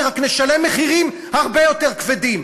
רק נשלם מחירים הרבה יותר כבדים.